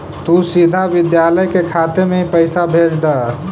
तु सीधा विद्यालय के खाते में ही पैसे भेज द